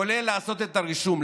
כולל לעשות את הרישום.